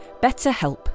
BetterHelp